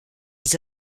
les